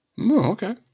Okay